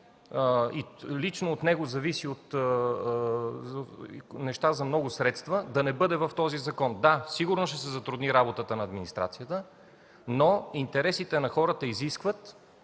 лично от него зависят неща за много средства, да не бъде в закона. Да, сигурно ще се затрудни работата на администрацията, но интересите на хората изискват